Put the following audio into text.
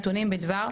את הנתונים הבאים: